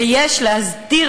ויש להסדיר,